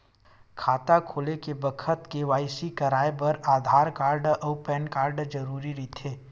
खाता खोले के बखत के.वाइ.सी कराये बर आधार कार्ड अउ पैन कार्ड जरुरी रहिथे